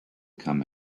come